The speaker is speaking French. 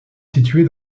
située